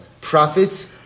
prophets